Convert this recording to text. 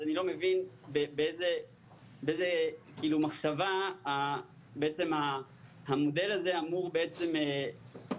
אז אני לא מבין באיזו מחשבה המודל הזה אמור עצם לגרום